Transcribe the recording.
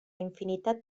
infinitat